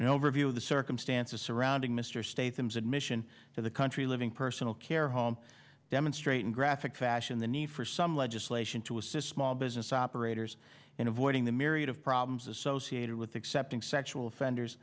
overview of the circumstances surrounding mr state thems admission to the country living personal care home demonstrate in graphic fashion the need for some legislation to assist small business operators in avoiding the myriad of problems associated with accepting sexual offenders